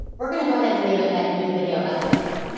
we're going to go ahead and leave it at new video upload.